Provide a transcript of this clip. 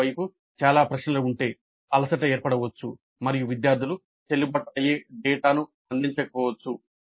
మరోవైపు చాలా ప్రశ్నలు ఉంటే అలసట ఏర్పడవచ్చు మరియు విద్యార్థులు చెల్లుబాటు అయ్యే డేటాను అందించకపోవచ్చు